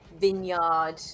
vineyard